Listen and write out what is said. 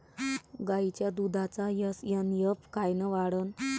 गायीच्या दुधाचा एस.एन.एफ कायनं वाढन?